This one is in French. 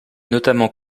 notamment